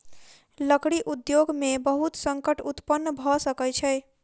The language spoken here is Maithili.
लकड़ी उद्योग में बहुत संकट उत्पन्न भअ सकै छै